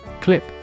Clip